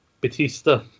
Batista